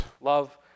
love